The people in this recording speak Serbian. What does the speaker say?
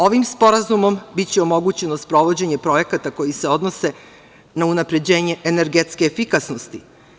Ovim sporazumom biće omogućeno sprovođenje projekata koji se odnose na unapređenje energetske efikasnosti.